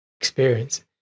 experience